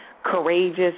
Courageous